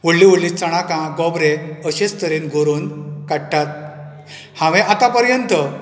व्हडली व्हडली चोणाकां गोब्रे अशेंच तरेन गोरोवन काडटात हांवें आतां परयंत